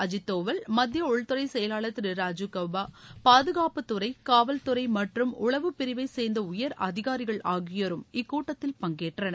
அஜித் தோவல் மத்திய உள்துறை செயலாளர் திரு ராஜீவ் கவ்பா பாதுகாப்பு துறை காவல் துறை மற்றும் உளவு பிரிவை சேர்ந்த உயர் அதிகாரிகள் ஆகியோரும் இக்கூட்டத்தில் பங்கேற்றனர்